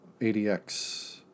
ADX